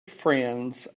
friends